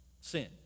sin